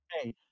Hey